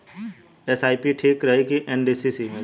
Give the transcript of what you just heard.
SIP ठीक रही कि एन.सी.डी निवेश?